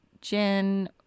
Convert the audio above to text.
Jen